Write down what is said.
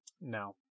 No